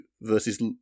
versus